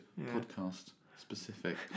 Podcast-specific